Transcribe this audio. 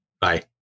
Bye